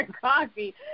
coffee